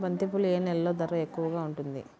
బంతిపూలు ఏ నెలలో ధర ఎక్కువగా ఉంటుంది?